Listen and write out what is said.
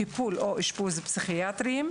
טיפול או אשפוז פסיכיאטריים,